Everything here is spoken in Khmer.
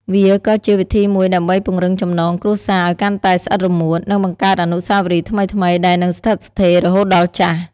វាក៏ជាវិធីមួយដើម្បីពង្រឹងចំណងគ្រួសារឲ្យកាន់តែស្អិតរមួត និងបង្កើតអនុស្សាវរីយ៍ថ្មីៗដែលនឹងស្ថិតស្ថេររហូតដល់ចាស់។